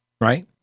right